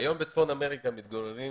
היום בצפון אמריקה מתגוררים